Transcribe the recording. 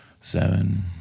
seven